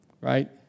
right